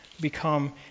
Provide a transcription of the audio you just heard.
become